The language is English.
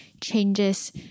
changes